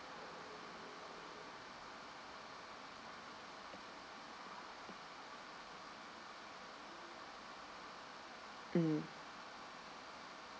mm